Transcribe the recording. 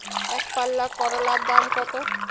একপাল্লা করলার দাম কত?